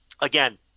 again